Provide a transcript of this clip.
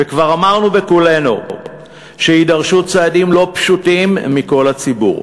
וכבר אמרנו בקולנו שיידרשו צעדים לא פשוטים מכל הציבור.